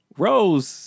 Rose